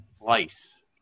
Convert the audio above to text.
lice